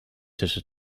tussen